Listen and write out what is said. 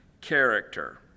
character